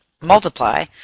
multiply